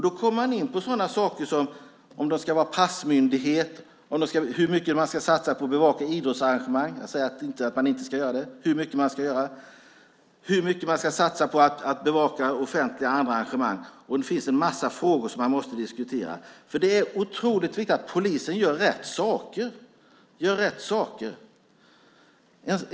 Då kommer man in på sådant som om de ska vara passmyndighet, hur mycket som ska satsas på bevakning av idrottsarrangemang - jag säger inte att de inte ska göra det - och hur mycket som ska satsas på att bevaka offentliga och andra arrangemang. Det finns en massa frågor som måste diskuteras. Det är otroligt viktigt att polisen gör rätt saker.